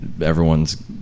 everyone's